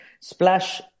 Splash